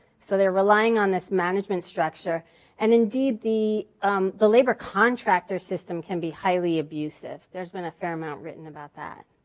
so they're relying on this management structure and indeed the um labor labor contractor system can be highly abusive. there's been a fair amount written about that.